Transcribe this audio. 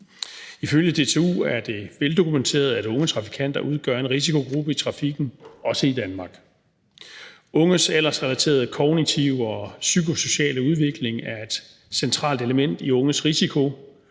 Ifølge DTU er det veldokumenteret, at unge trafikanter udgør en risikogruppe i trafikken, også i Danmark. Unges aldersrelaterede kognitive og psykosociale udvikling er et centralt element i unges risiko